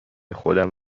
خودم